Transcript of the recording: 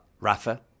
Rafa